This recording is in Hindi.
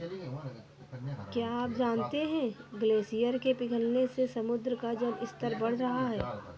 क्या आप जानते है ग्लेशियर के पिघलने से समुद्र का जल स्तर बढ़ रहा है?